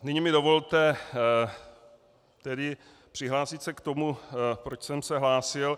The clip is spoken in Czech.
Nyní mi dovolte tedy přihlásit se k tomu, proč jsem se hlásil.